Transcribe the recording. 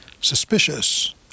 suspicious